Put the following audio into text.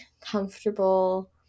comfortable